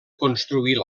construir